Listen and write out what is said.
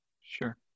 Sure